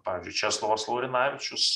pavyzdžiui česlovas laurinavičius